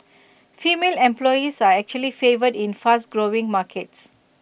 female employees are actually favoured in fast growing markets